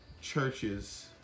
churches